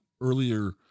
earlier